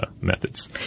methods